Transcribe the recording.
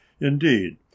Indeed